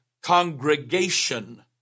congregation